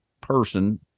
person